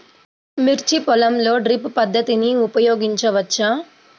మిర్చి పొలంలో డ్రిప్ పద్ధతిని ఉపయోగించవచ్చా?